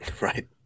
Right